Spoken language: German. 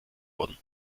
wurden